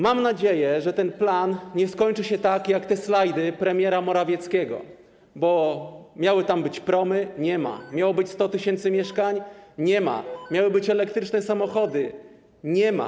Mam nadzieję, że ten plan nie skończy się tak, jak te slajdy premiera Morawieckiego, bo miały tam być promy - nie ma, miało być 100 tys. mieszkań - nie ma, miały być elektryczne samochody - nie ma.